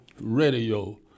radio